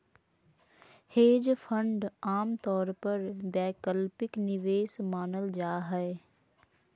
hedge fund आमतौर पर वैकल्पिक निवेश मानल जा हय